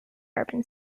urban